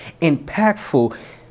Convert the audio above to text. impactful